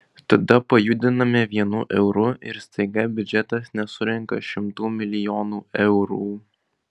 tada pajudiname vienu euru ir staiga biudžetas nesurenka šimtų milijonų eurų